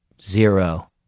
zero